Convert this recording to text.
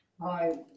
Hi